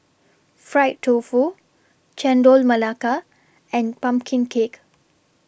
Fried Tofu Chendol Melaka and Pumpkin Cake